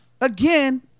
again